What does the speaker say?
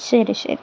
ശരി ശരി